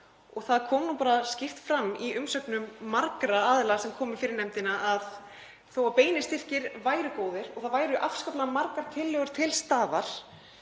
og það kom skýrt fram í umsögnum margra aðila sem komu fyrir nefndina að þó að beinir styrkir væru góðir og það væru afskaplega margar tillögur til staðar